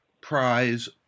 prize